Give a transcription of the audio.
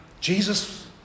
Jesus